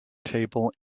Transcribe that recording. table